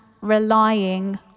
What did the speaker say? relying